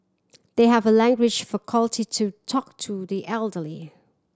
they have a language faculty to talk to the elderly